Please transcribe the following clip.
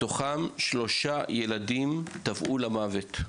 שלושה ילדים מהם טבעו למוות.